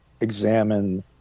examine